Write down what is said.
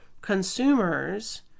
consumers